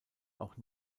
auch